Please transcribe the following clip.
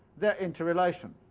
their interrelation.